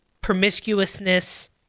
promiscuousness